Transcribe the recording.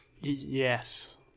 Yes